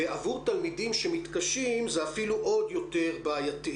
ועבור תלמידים שמתקשים זה אפילו עוד יותר בעייתי,